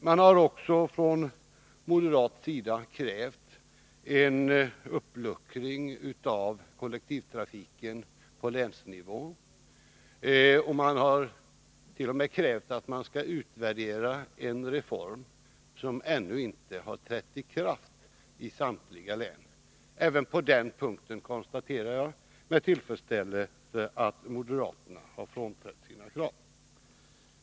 Man har också från moderat sida krävt en uppluckring av kollektivtrafiken på länsnivå. Man har t.o.m. krävt att en reform, som änhu inte trätt i kraft i samtliga län, skall utvärderas. Även på den punkten konstaterar jag med tillfredsställelse att moderaterna har frånträtt sina krav.